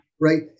Right